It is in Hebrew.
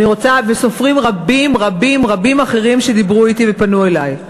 ולסופרים רבים רבים רבים אחרים שדיברו אתי ופנו אלי.